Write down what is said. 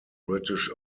british